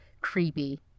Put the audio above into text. creepy